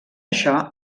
això